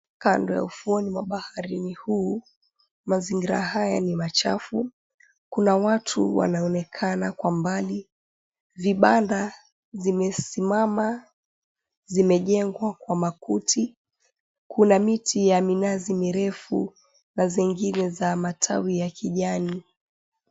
Kando ya ufuoni mwa baharini huu, mazingira haya ni machafu. Kuna watu wanaonekana kwa mbali. Vibanda zimesimama zimejengwa kwa makuti. Kuna miti ya minazi mirefu na zingine za matawi ya kijani.